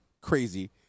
Crazy